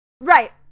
Right